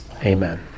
Amen